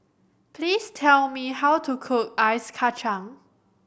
please tell me how to cook Ice Kachang